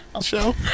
show